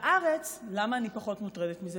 בארץ, למה אני פחות מוטרדת מזה?